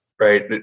right